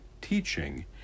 teaching